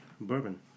bourbon